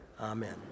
Amen